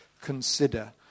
consider